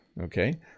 okay